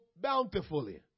bountifully